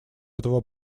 этого